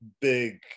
big